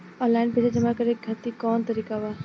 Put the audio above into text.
Online पइसा जमा करे खातिर कवन तरीका बा?